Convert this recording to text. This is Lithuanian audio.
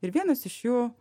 ir vienas iš jų